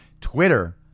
Twitter